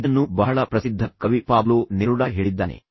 ಇದನ್ನು ಬಹಳ ಪ್ರಸಿದ್ಧ ಕವಿ ಪಾಬ್ಲೋ ನೆರುಡಾ ಹೇಳಿದ್ದಾನೆ